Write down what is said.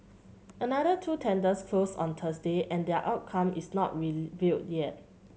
another two tenders closed on Thursday and their outcome is not revealed yet